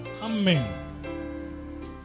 Amen